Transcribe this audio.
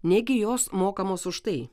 negi jos mokamos už tai